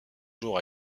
jours